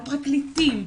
על פרקליטים.